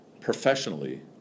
professionally